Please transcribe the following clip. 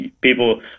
people